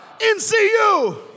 NCU